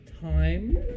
time